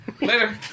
Later